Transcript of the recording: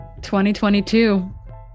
2022